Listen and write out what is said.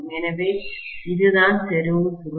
எனவே இதுதான் செறிவு சுருள்